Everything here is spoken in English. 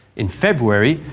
in february,